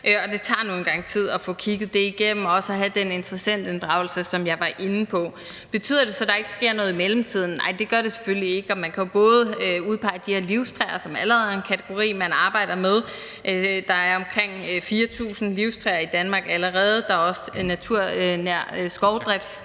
det tager nogle gange tid at få kigget det igennem – og også have den interessentinddragelse, som jeg var inde på. Betyder det så, at der ikke sker noget i mellemtiden? Nej, det gør det selvfølgelig ikke. Man kan jo udpege de her livstræer, som allerede er en kategori, man arbejder med. Der er allerede omkring 4.000 livstræer i Danmark. Der er også en naturnær skovdrift.